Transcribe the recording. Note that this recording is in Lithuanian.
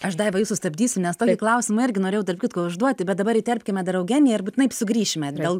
aš daiva jus sustabdysiu nes tokį klausimą irgi norėjau tarp kitko užduoti bet dabar įterpkime dar eugeniją ir būtinai sugrįšime atgal